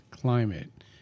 climate